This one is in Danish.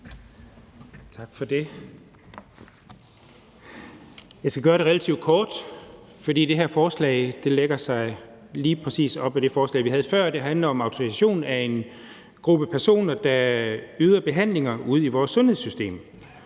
Tak for det. Jeg skal gøre det relativt kort, for det her forslag lægger sig lige præcis op ad det forslag, vi havde før. Det handler om autorisation af en gruppe personer, der yder behandlinger ude i vores sundhedssystem.